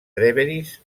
trèveris